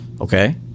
okay